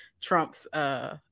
Trump's